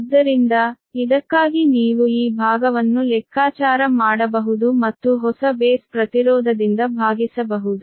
ಆದ್ದರಿಂದ ಇದಕ್ಕಾಗಿ ನೀವು ಈ ಭಾಗವನ್ನು ಲೆಕ್ಕಾಚಾರ ಮಾಡಬಹುದು ಮತ್ತು ಹೊಸ ಬೇಸ್ ಪ್ರತಿರೋಧದಿಂದ ಭಾಗಿಸಬಹುದು